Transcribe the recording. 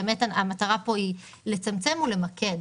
באמת המטרה פה היא לצמצם ולמקד.